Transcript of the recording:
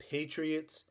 Patriots